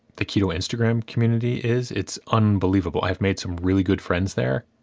the keto instagram community is. it's unbelievable. i've made some really good friends there.